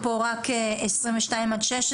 נתתם פה רק 2022 עד 2016,